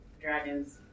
Dragons